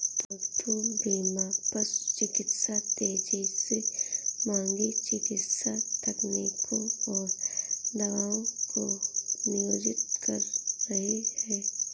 पालतू बीमा पशु चिकित्सा तेजी से महंगी चिकित्सा तकनीकों और दवाओं को नियोजित कर रही है